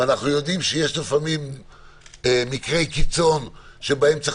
ואנחנו יודעים שיש לפעמים מקרי קיצון שבהם צריך